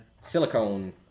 silicone